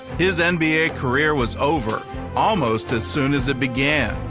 his ah nba career was over almost as soon as it began.